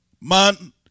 Man